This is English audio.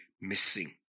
missing